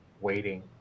waiting